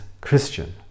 Christian